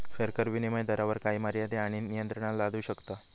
सरकार विनीमय दरावर काही मर्यादे आणि नियंत्रणा लादू शकता